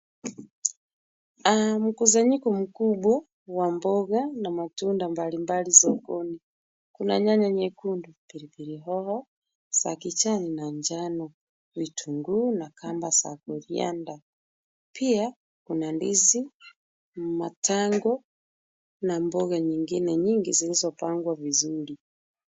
Mkusanyiko mkubwa wa mboga na matunda mbalimbali sokoni. Kuna nyanya nyekundu, pilipili hoho za kijani na njano. Vitunguu na kamba za corriander . Pia kuna ndizi, matango na mboga nyingine zilizopangwa vizuri.